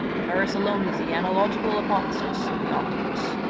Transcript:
paris alone is the analogical apotheosis of the octopus.